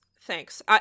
thanks